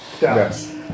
Yes